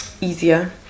easier